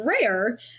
rare